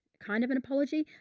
kind of an apology.